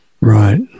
Right